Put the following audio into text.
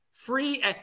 free